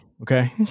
okay